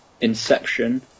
Inception